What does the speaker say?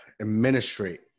administrate